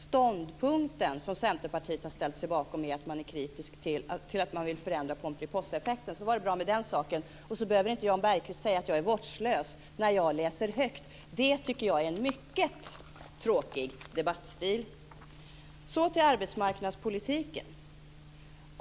Ståndpunkten, som Centerpartiet har ställt sig bakom, är att man vill förändra pomperipossaeffekten. Så var det bra med den saken. Sedan behöver inte Jan Bergqvist säga att jag är vårdslös när jag läser högt. Det tycker jag är en mycket tråkig debattstil. Så till arbetsmarknadspolitiken.